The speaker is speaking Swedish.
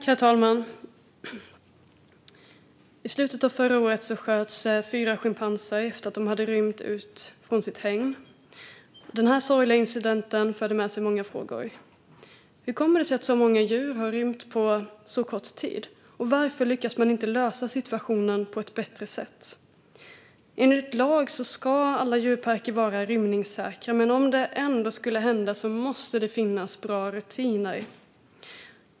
Herr talman! I slutet av förra året sköts fyra schimpanser efter att de hade rymt ur sitt hägn. Den sorgliga incidenten förde med sig många frågor. Hur kommer det sig att så många djur har rymt på så kort tid? Och varför lyckas man inte lösa situationen på ett bättre sätt? Enligt lag ska alla djurparker vara rymningssäkra, men om det ändå skulle hända måste det finnas bra rutiner.